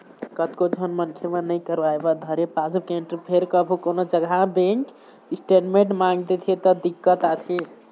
कतको झन मनखे मन नइ करवाय बर धरय पासबुक एंटरी फेर कभू कोनो जघा म बेंक स्टेटमेंट मांग देथे त दिक्कत आथे